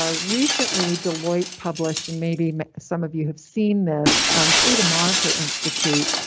ah recently deloitte published and maybe some of you have seen this through the monitor institute,